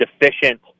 deficient